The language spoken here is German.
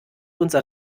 unser